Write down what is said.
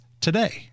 today